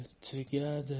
together